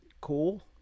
cool